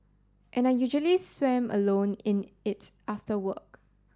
and I usually swam alone in its after work